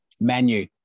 Menu